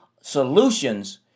solutions